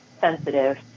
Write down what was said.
sensitive